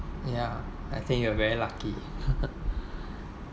ya I think you're very lucky